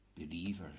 Believers